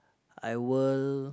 I will